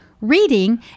reading